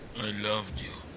i loved you!